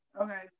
okay